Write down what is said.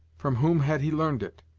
from whom had he learned it?